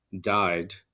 died